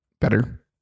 better